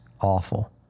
awful